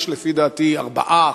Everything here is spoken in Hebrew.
יש לפי דעתי ארבעה,